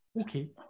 okay